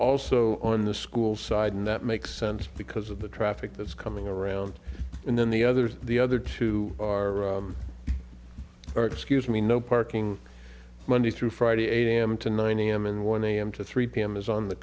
also on the school side and that makes sense because of the traffic that's coming around and then the others the other two are or excuse me no parking monday through friday eight a m to nine a m and one a m to three p m is on the